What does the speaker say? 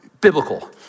biblical